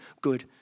good